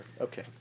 Okay